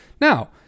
Now